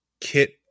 kit